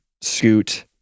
scoot